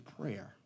prayer